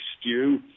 stew